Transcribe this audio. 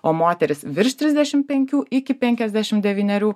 o moterys virš trisdešim penkių iki penkiasdešim devynerių